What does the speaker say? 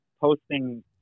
posting